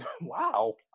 wow